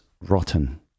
rotten